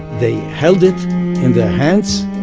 they held it in their hands,